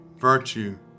virtue